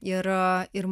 ir ir